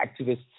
activists